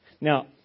Now